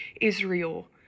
Israel